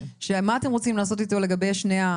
שמה אתם רוצים לעשות איתו לגבי שני בתי החולים במרכז?